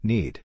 Need